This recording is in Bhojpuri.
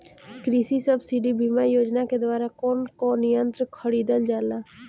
कृषि सब्सिडी बीमा योजना के द्वारा कौन कौन यंत्र खरीदल जाला?